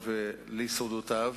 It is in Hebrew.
ואללה,